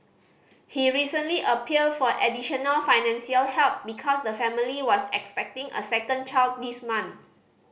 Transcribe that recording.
he recently appealed for additional financial help because the family was expecting a second child this month